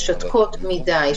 משתקות מדי,